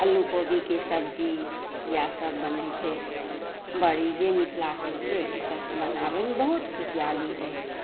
आलु कोबीके सब्जी इएह सभ बनै छै बड़ी जे मिथिलाके छियै ई सभ बनाबै बहुत खुशहाली रहै छै